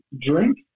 drink